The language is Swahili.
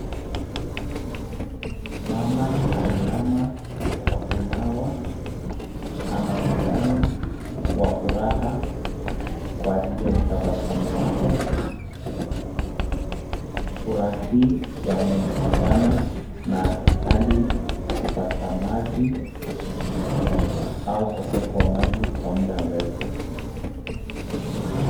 Mama ainama kwa kunawa. Anaonekana kwa furaha kwa ajili ya utabasamu wake. Furaha hii yaonekana na hali ya kupata maji au ukosefu wa maji kwa muda mrefu.